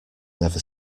never